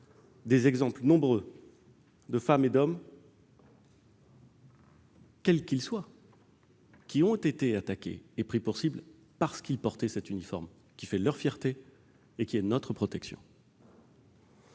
exemples de femmes et d'hommes, quels qu'ils soient, qui ont été attaqués et pris pour cible parce qu'ils portaient cet uniforme, qui fait leur fierté et qui est notre protection.